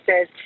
says